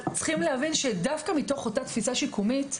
אבל צריכים להבין שדווקא מתוך אותה תפיסה שיקומית,